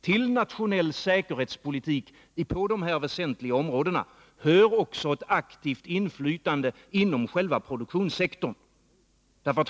Till nationell säkerhetspolitik på dessa väsentliga områden hör också ett aktivt inflytande inom själva produktionssektorn.